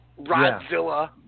Rodzilla